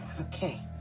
okay